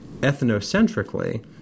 ethnocentrically